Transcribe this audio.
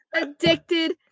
addicted